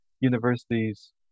universities